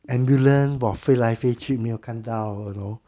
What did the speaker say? ambulance !wah! 飞来飞去没有看到 you know